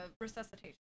resuscitation